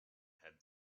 had